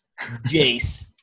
Jace